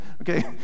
Okay